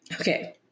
okay